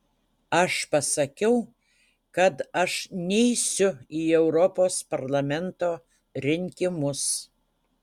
aš pasakiau kad aš neisiu į europos parlamento rinkimus